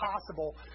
possible